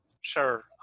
Sure